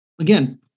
Again